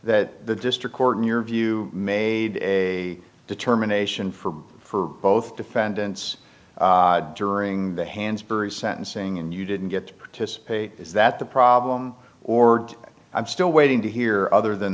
that the district court in your view made a determination for for both defendants during the hand springs sentencing and you didn't get to see is that the problem or i'm still waiting to hear other than